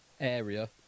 area